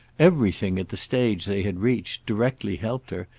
everything, at the stage they had reached, directly helped her,